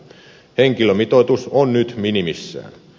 henkilömitoitus on nyt minimissään